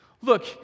look